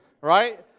right